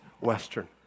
Western